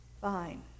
fine